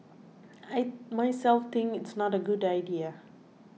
I myself think it's not a good idea